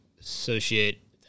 associate